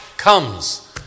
comes